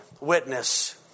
witness